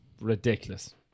ridiculous